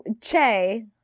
Che